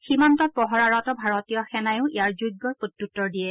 সীমান্তত পহৰাৰত ভাৰতীয় সেনাইও ইয়াৰ যোগ্য প্ৰত্যুত্তৰ দিয়ে